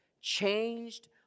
changed